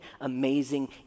amazing